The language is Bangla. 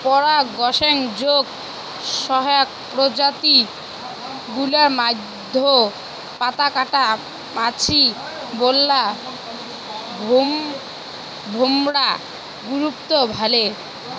পরাগসংযোগ সহায়ক প্রজাতি গুলার মইধ্যে পাতাকাটা মাছি, বোল্লা, ভোমরা গুরুত্ব ভালে